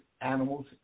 animals